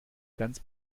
ganz